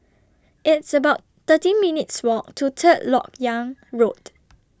It's about thirteen minutes' Walk to Third Lok Yang Road